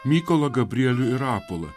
mykolą gabrielių ir rapolą